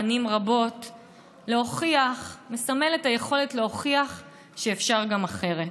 פנים רבות, את היכולת להוכיח שאפשר גם אחרת.